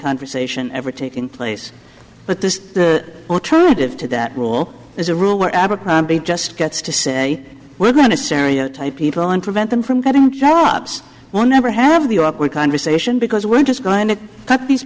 conversation ever taking place but this alternative to that rule is a rule where abercrombie just gets to say we're going to syria type people and prevent them from getting jobs will never have the awkward conversation because we're just going to cut these